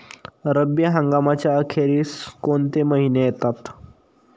रब्बी हंगामाच्या अखेरीस कोणते महिने येतात?